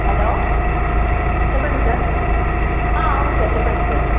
hello చెప్పండి sir అవును sir చెప్పండి సార్